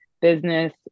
business